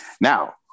Now